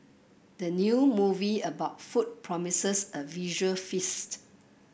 the new movie about food promises a visual feast